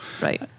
Right